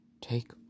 Take